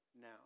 now